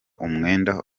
umwenda